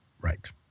Right